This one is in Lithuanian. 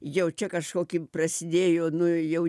jau čia kažkoki prasidėjo nu jau